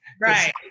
Right